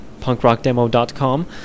punkrockdemo.com